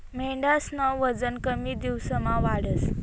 मेंढ्यास्नं वजन कमी दिवसमा वाढस